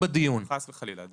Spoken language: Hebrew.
תודה רבה לך.